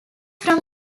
from